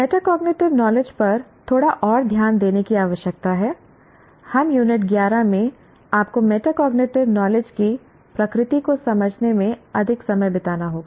metacognitive knowledge पर थोड़ा और ध्यान देने की आवश्यकता है हम यूनिट 11 में आप को मेटाकोग्निटिव नॉलेज की प्रकृति को समझने में अधिक समय बिताना होगा